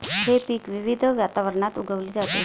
हे पीक विविध वातावरणात उगवली जाते